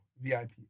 VIP